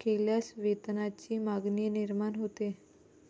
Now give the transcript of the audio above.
केल्यास वेतनाची मागणी निर्माण होते